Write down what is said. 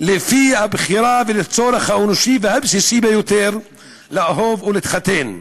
לפי הבחירה ולצורך האנושי והבסיסי ביותר לאהוב ולהתחתן.